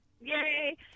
yay